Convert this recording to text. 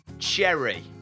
cherry